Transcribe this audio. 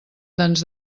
tants